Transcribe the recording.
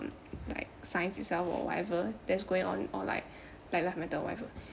um like science itself or whatever that's going on or like life matter or whatever